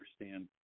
understand